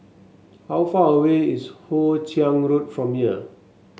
how far away is Hoe Chiang Road from here